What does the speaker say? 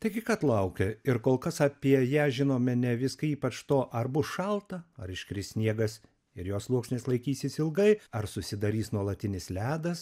taigi kad laukia ir kol kas apie ją žinome ne viską ypač to ar bus šalta ar iškris sniegas ir jo sluoksnis laikysis ilgai ar susidarys nuolatinis ledas